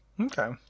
Okay